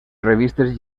revistes